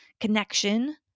connection